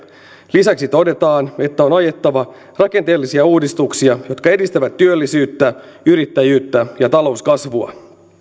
lisäksi todetaan että on ajettava rakenteellisia uudistuksia jotka edistävät työllisyyttä yrittäjyyttä ja talouskasvua